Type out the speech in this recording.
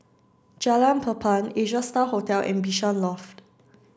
Jalan Papan Asia Star Hotel and Bishan Loft